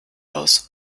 aus